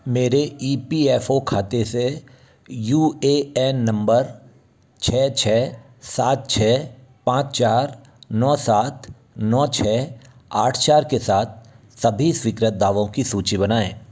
मेरे E P F O खाते से यू ए एन नंबर छः छः सात छः पाँच चार नौ सात नौ छः आठ चार के साथ सभी स्वीकृत दावों की सूची बनाएँ